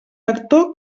lector